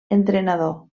entrenador